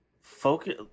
focus